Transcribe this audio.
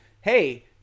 hey